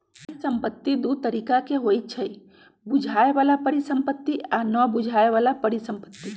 परिसंपत्ति दु तरिका के होइ छइ बुझाय बला परिसंपत्ति आ न बुझाए बला परिसंपत्ति